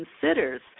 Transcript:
considers